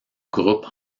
groupe